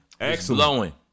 Excellent